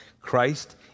Christ